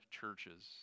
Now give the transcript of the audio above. churches